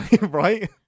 right